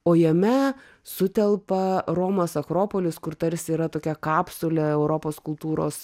o jame sutelpa romos akropolis kur tarsi yra tokia kapsulė europos kultūros